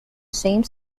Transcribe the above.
same